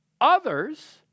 Others